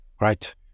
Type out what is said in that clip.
Right